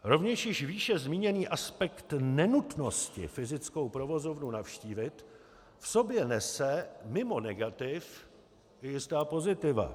Rovněž již výše zmíněný aspekt nenutnosti fyzickou provozovnu navštívit v sobě nese mimo negativ i jistá pozitiva.